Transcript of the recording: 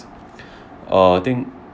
uh I think